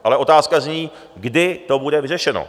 Ale otázka zní kdy to bude vyřešeno?